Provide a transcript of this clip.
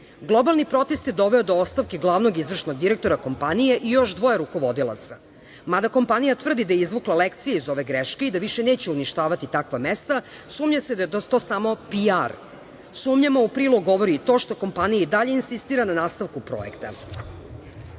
Globalni protest je doveo do stavke glavnog izvršnog direktora kompanije i još dvoje rukovodilaca, mada kompanije tvrdi da je izvukla lekcije iz ove greške i da više neće uništavati takva mesta, sumnja se da je to samo PR. Sumnjama u prilog govori i to što kompanija i dalje insistira na nastavku projekta. Takođe